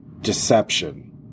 deception